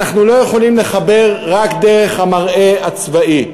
אנחנו לא יכולים לחבר רק דרך המראה הצבאי,